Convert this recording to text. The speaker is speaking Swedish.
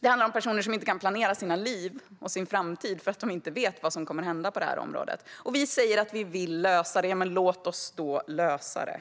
Det handlar även om personer som inte kan planera sina liv och sin framtid då de inte vet vad som kommer att hända på området. Vi säger att vi vill lösa det här. Men låt oss då lösa det!